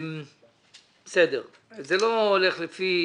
זה לא הולך לפי